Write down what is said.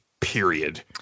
period